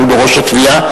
שהוא בראש התביעה.